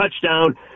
touchdown